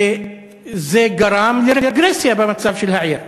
וזה גרם לרגרסיה במצב של העיר.